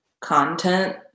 content